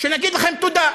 שנגיד לכם תודה,